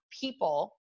people